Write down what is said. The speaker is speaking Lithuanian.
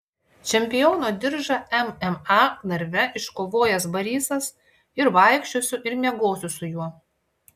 čempiono diržą mma narve iškovojęs barysas ir vaikščiosiu ir miegosiu su juo